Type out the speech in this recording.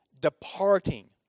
departing